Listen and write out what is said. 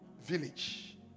Village